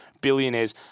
billionaires